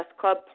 Club